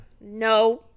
No